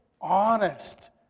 honest